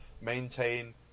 maintain